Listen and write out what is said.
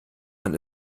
man